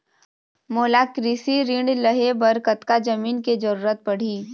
मोला कृषि ऋण लहे बर कतका जमीन के जरूरत पड़ही?